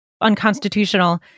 unconstitutional